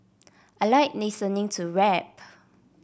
I like listening to rap